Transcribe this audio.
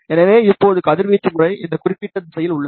எனவே இப்போது கதிர்வீச்சு முறை இந்த குறிப்பிட்ட திசையில் உள்ளது